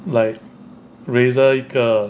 like razer 一个 pay 一个